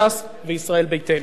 ש"ס וישראל ביתנו.